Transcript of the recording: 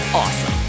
awesome